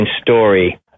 story